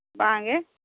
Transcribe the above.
ᱵᱟᱝᱜᱮ